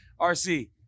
RC